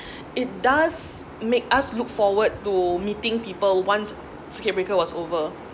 it does make us look forward to meeting people once circuit breaker was over